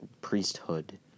priesthood